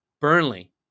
Burnley